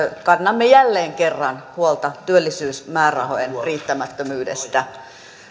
kannamme jälleen kerran huolta työllisyysmäärärahojen riittämättömyydestä